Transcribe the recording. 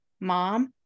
Mom